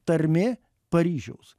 tarmė paryžiaus